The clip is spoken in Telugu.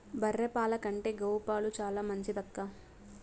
బర్రె పాల కంటే గోవు పాలు చాలా మంచిదక్కా